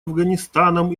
афганистаном